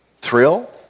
thrill